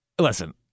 listen